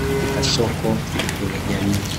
katika soko na kwenye jamii.